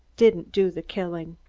didn't do the killing.